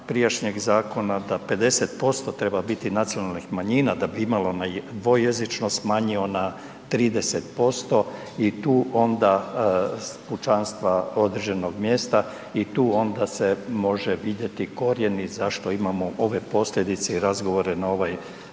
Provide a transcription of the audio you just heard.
prijašnjeg zakona da 50% treba biti nacionalnih manjina da bi imala dvojezičnost smanjio na 30% pučanstva određenog mjesta i tu onda se može vidjeti korijeni zašto imamo ove posljedice i razgovore na ovaj